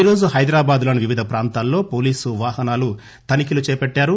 ఈరోజు హైదరాబాద్ లోని వివిధ ప్రాంతాల్లో పోలీసు వాహనాల తనిఖీలు చేపట్టారు